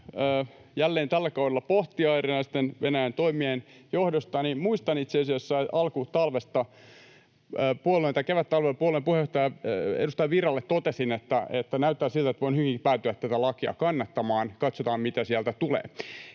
jälleen tällä kaudella pohtia erilaisten Venäjän toimien johdosta, niin muistan itse asiassa, kun kevättalvella puolueen puheenjohtaja, edustaja Virralle totesin, että näyttää siltä, että voin hyvinkin päätyä tätä lakia kannattamaan, katsotaan, mitä sieltä tulee.